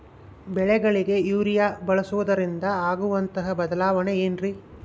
ಬೆಳೆಗಳಿಗೆ ಯೂರಿಯಾ ಬಳಸುವುದರಿಂದ ಆಗುವಂತಹ ಬದಲಾವಣೆ ಏನ್ರಿ?